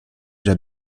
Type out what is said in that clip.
déjà